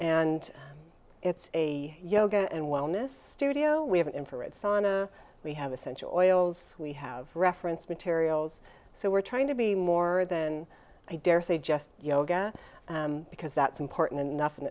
and it's a yoga and wellness studio we have an infrared sauna we have essential oils we have reference materials so we're trying to be more than i dare say just yoga because that's important enough in